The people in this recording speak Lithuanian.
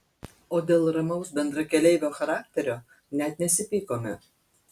o dėl ramaus bendrakeleivio charakterio net nesipykome